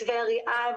מתווה אריאב